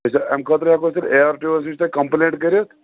أسۍ اَمہِ خٲطرٕ ہٮ۪کو کٔرِتھ اے آر ٹی او وَس نِش تۄہہِ کَمپٕلینٛٹ کٔرِتھ